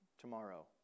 tomorrow